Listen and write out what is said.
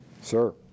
Sir